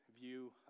view